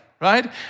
right